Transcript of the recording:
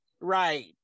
Right